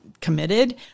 committed